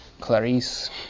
Clarice